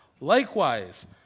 Likewise